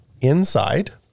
inside